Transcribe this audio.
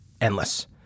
endless